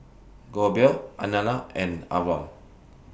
Goebel Alannah and Avon